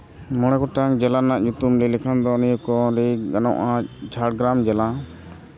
ᱢᱚᱬᱮ ᱜᱚᱴᱟᱝ ᱡᱮᱞᱟ ᱨᱮᱱᱟᱜ ᱧᱩᱛᱩᱢ ᱞᱟᱹᱭ ᱞᱮᱠᱷᱟᱱ ᱫᱚ ᱱᱤᱭᱟᱹᱠᱚ ᱞᱟᱹᱭ ᱜᱟᱱᱚᱜᱼᱟ ᱡᱷᱟᱲᱜᱨᱟᱢ ᱡᱮᱞᱟ